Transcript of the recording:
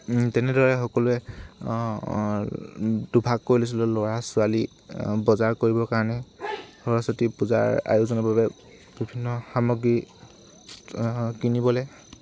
তেনেদৰে সকলোৱে দুভাগ কৰি লৈছিলোঁ ল'ৰা ছোৱালী বজাৰ কৰিবৰ কাৰণে সৰস্বতী পূজাৰ আয়োজনৰ বাবে বিভিন্ন সামগ্ৰী কিনিবলৈ